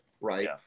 right